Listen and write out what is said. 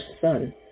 son